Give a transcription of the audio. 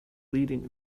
leading